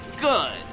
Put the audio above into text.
Good